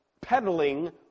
peddling